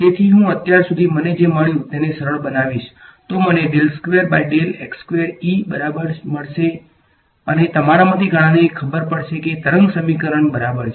તેથી હુ અત્યાર સુધી મને જે મળ્યું છે તેને સરળ બનાવીશ તો મને મળશે અને તમારામાંથી ઘણાને ખબર પડશે કે તે તરંગ સમીકરણ બરાબર છે